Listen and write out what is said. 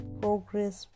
progress